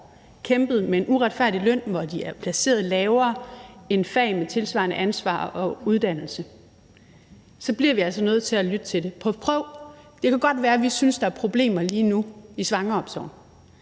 kæmpet med en uretfærdig løn, hvor de er placeret lavere end i fag med tilsvarende ansvar og uddannelse, så bliver vi altså nødt til at lytte til det, og det kan godt være, at vi synes, der lige nu er problemer i svangreomsorgen.